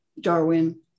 Darwin